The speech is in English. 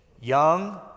young